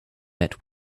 met